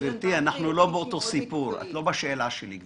גברתי, אנחנו לא באותו סיפור, את לא בשאלה שלי.